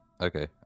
Okay